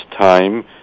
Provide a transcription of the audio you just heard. time